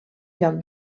lloc